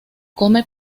come